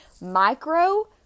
micro